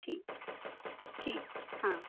ٹھیک ٹھیک ہاں